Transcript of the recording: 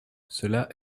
cela